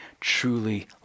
truly